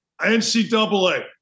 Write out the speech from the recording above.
NCAA